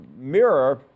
mirror